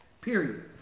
period